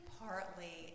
partly